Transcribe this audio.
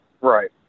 Right